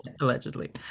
Allegedly